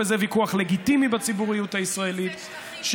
וזה ויכוח לגיטימי בציבוריות הישראלית,